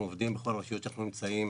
בכל הרשויות שאנחנו נמצאים,